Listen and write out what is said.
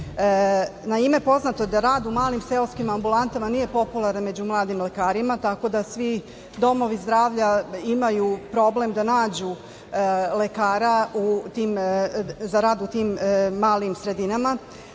poznato je da rad u malim seoskim ambulantama nije popularan među mladim lekarima, tako da svi domovi zdravlja imaju problem da nađu lekara za rad u tim malim sredinama.